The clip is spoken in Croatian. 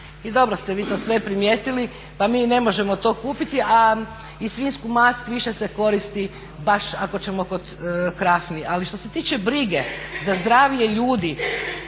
I dobro ste vi to sve primijetili, pa mi i ne možemo to kupiti, a i svinjsku mast više se koristi baš ako ćemo kod krafni. Ali što se tiče brige za zdravlje ljudi